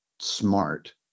smart